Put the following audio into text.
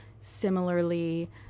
similarly